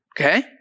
Okay